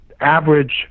average